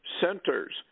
centers